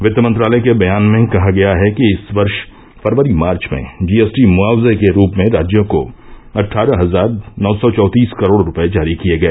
वित्त मंत्रालय के बयान में कहा गया है कि इस वर्ष फरवरी मार्च में जीएसटी मुआवजे के रूप में राज्यों को अट्ठारह हजार नौ सौ चौंतीस करोड़ रुपये जारी किये गए